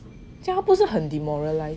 这样他不是很 demoralized